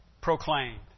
proclaimed